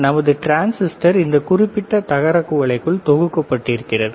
நமது டிரான்ஸிஸ்டர் இந்த குறிப்பிட்ட தகரக் குவளைக்குள் தொகுக்கப்பட்டு கொடுக்கப்பட்டுள்ளது